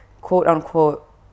quote-unquote